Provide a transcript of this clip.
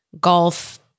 golf